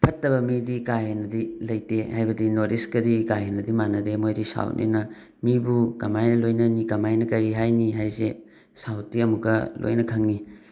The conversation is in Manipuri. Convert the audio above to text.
ꯐꯠꯇꯕ ꯃꯤꯗꯤ ꯀꯥ ꯍꯦꯟꯅꯗꯤ ꯂꯩꯇꯦ ꯍꯥꯏꯕꯗꯤ ꯅꯣꯔꯠ ꯏꯁ꯭ꯠꯀꯗꯤ ꯀꯥ ꯍꯦꯟꯅꯗꯤ ꯃꯥꯟꯅꯗꯦ ꯃꯣꯏꯗꯤ ꯁꯥꯎꯠꯅꯤꯅ ꯃꯤꯕꯨ ꯀꯃꯥꯏꯅ ꯂꯣꯏꯅꯅꯤ ꯀꯃꯥꯏꯅ ꯀꯔꯤ ꯍꯥꯏꯅꯤ ꯍꯥꯏꯁꯦ ꯁꯥꯎꯠꯇꯤ ꯑꯃꯨꯛꯀꯥ ꯂꯣꯏꯅ ꯈꯪꯉꯤ